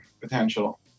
potential